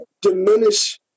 diminish